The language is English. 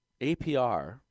APR